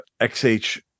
XH